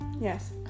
Yes